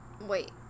Wait